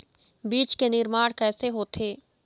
बीज के निर्माण कैसे होथे?